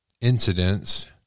incidents